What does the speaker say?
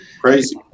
Crazy